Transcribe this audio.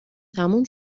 تموم